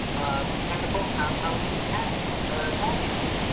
chemical compounding impact packaging.